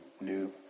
New